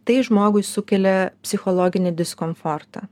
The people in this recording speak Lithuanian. tai žmogui sukelia psichologinį diskomfortą